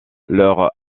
leur